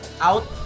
out